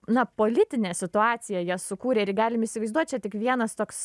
na politinė situacija jas sukūrė ir galim įsivaizduot čia tik vienas toks